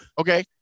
Okay